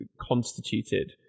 constituted